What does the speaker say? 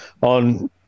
On